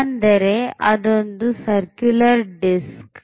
ಅಂದರೆ ಅದೊಂದು circular disc ಆಗಿದೆ